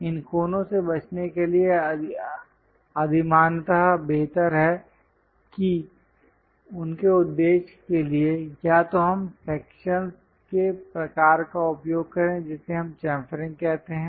इन कोनों से बचने के लिए अधिमानतः बेहतर है कि उनके उद्देश्य के लिए या तो हम सेक्शंस के प्रकार का उपयोग करें जिसे हम चम्फरिंग कहते हैं